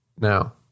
now